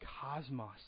cosmos